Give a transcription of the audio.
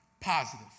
positive